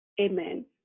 amen